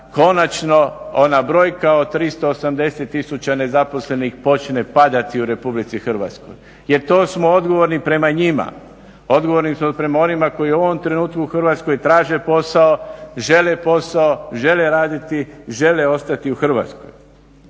konačno ona brojka od 380 tisuća nezaposlenih počne padati u Republici Hrvatskoj. Jer to smo odgovorni prema njima, odgovorni smo prema onima koji u ovom trenutku u Hrvatskoj traže posao, žele posao, žele raditi, žele ostati u Hrvatskoj.